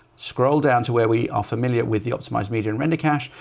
scroll down to where we are familiar with the optimized media and render cache,